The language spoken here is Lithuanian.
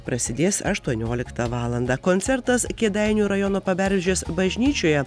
prasidės aštuonioliktą valandą koncertas kėdainių rajono paberžės bažnyčioje